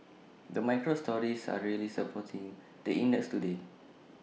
the micro stories are really supporting the index today